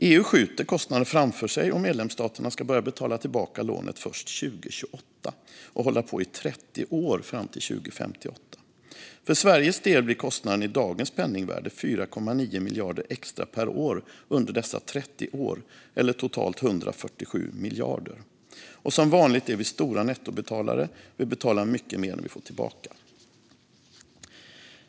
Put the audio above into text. EU skjuter kostnaderna framför sig, och medlemsstaterna ska börja betala tillbaka lånet först 2028 och hålla på i 30 år fram till 2058. För Sveriges del blir kostnaden i dagens penningvärde 4,9 miljarder extra per år under dessa 30 år, eller totalt 147 miljarder. Och som vanligt är vi stora nettobetalare; vi betalar mycket mer än vi får tillbaka.